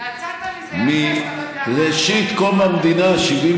יצאת מזה יפה שאתה לא יודע כמה שנים,